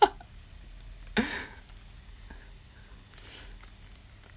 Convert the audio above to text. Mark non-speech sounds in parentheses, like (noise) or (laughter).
(laughs)